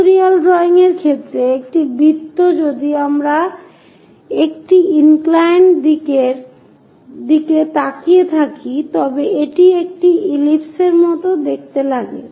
pictorial drawing এর ক্ষেত্রে একটি বৃত্ত যদি আমরা একটি ইনক্লাইন দিকের দিকে তাকিয়ে থাকি তবে এটি একটি ইলিপস এর মতো দেখতে লাগে